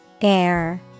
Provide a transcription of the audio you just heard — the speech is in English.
Air